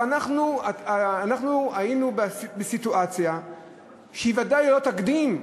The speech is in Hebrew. אבל אנחנו היינו בסיטואציה שהיא, ודאי ללא תקדים,